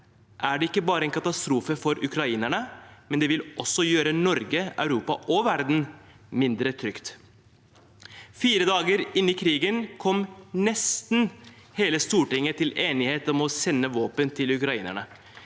er det ikke bare en katastrofe for ukrainerne, det vil også gjøre Norge, Europa og verden mindre trygg. Fire dager inn i krigen kom nesten hele Stortinget til enighet om å sende våpen til ukrainerne.